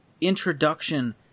introduction